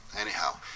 anyhow